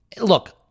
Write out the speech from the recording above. Look